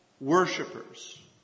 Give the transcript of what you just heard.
worshippers